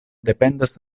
dependas